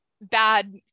bad